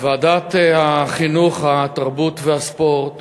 ועדת החינוך, התרבות והספורט